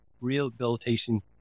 Rehabilitation